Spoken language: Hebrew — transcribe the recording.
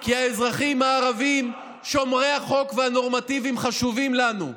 כי האזרחים הערבים שומרי החוק והנורמטיביים חשובים לנו,